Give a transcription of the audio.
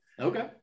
Okay